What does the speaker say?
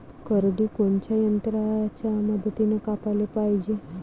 करडी कोनच्या यंत्राच्या मदतीनं कापाले पायजे?